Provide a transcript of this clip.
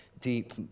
deep